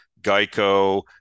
Geico